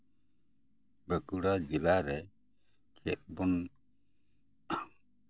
ᱵᱟᱸᱠᱩᱲᱟ ᱡᱮᱞᱟᱨᱮ ᱪᱮᱫ ᱵᱚᱱ